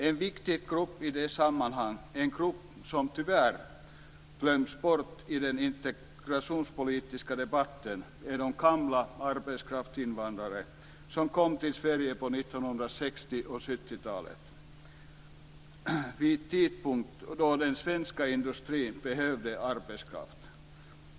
En viktig grupp i detta sammanhang, en grupp som tyvärr glömts bort i den integrationspolitiska debatten, är de gamla arbetskraftsinvandrarna som kom till Sverige på 1960 och 1970-talen - en tidpunkt då den svenska industrin behövde arbetskraft.